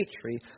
tree